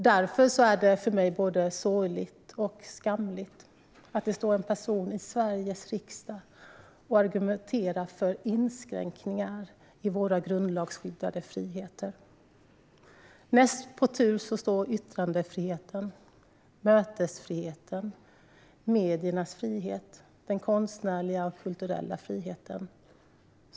Därför är det för mig både sorgligt och skamligt att det står en person i Sveriges riksdag och argumenterar för inskränkningar i våra grundlagsskyddade friheter. Näst på tur står yttrandefriheten, mötesfriheten, mediernas frihet och den konstnärliga och kulturella friheten.